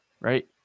right